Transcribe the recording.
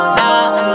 now